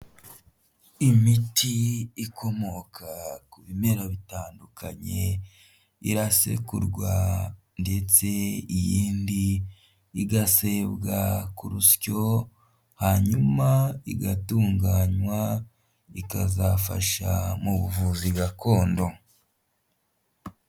Imiti ikomoka ku bimera bitandukanye irasekurwa ndetse iyindi igasebwa ku rusyo, hanyuma igatunganywa ikazafasha mu buvuzi gakondo.